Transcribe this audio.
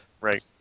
Right